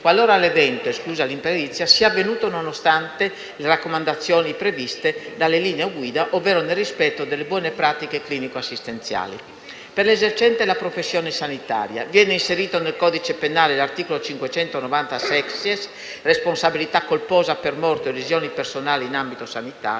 qualora l'evento - esclusa l'imperizia - sia avvenuto nonostante le raccomandazioni previste dalle linee guida ovvero nel rispetto delle buone pratiche clinico assistenziali. Per l'esercente la professione sanitaria viene inserito nel codice penale l'articolo 590-*sexies* (responsabilità colposa per morte o lesioni personali in ambito sanitario).